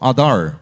Adar